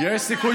יש סיכוי,